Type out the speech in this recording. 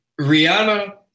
Rihanna